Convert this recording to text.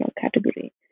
category